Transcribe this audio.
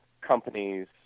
companies